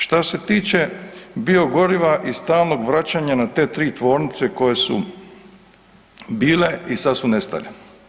Što se tiče biogoriva i stalnog vraćanja na te tri tvornice koje su bile i sada su nestale.